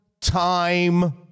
time